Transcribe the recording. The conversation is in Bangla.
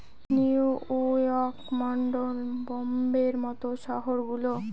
নিউ ইয়র্ক, লন্ডন, বোম্বের মত শহর গুলো